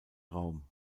raum